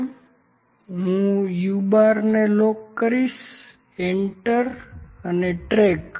તેથી હું u¯ને લોક કરીશ એન્ટર અને ટ્રેક